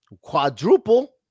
Quadruple